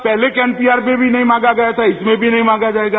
पहले के एनपीआर में भी नहीं मांगा गया था इसमें भी नहीं मांगा जाएगा